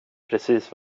precis